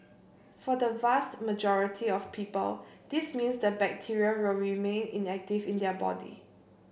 for the vast majority of people this means the bacteria will remain inactive in their body